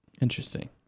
Interesting